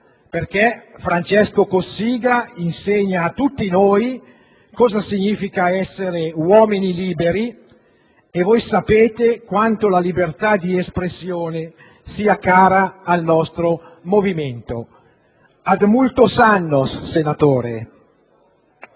perché Francesco Cossiga insegna a tutti noi cosa significa essere uomini liberi e voi sapete quanto la libertà di espressione sia cara al nostro movimento. *Ad* *multos* *annos*, senatore.